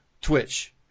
Twitch